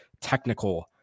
technical